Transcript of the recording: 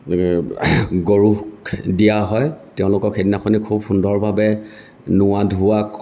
গৰুক দিয়া হয় তেওঁলোকক সেইদিনাখন খুব সুন্দৰভাৱে নোওৱা ধুওৱা